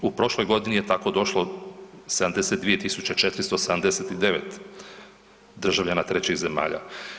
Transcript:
U prošloj godini je tako došlo 72 479 državljana trećih zemalja.